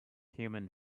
human